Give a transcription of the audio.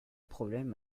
problème